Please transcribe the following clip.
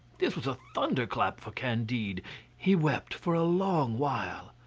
this was a thunderclap for candide he wept for a long while.